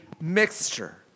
mixture